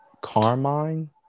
Carmine